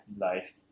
life